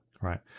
right